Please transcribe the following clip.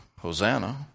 Hosanna